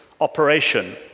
operation